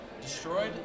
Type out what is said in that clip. destroyed